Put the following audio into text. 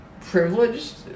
privileged